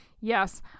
Yes